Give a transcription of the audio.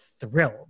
thrilled